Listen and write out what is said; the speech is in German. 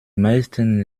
meisten